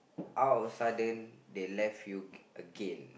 out of a sudden they left you again